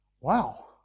Wow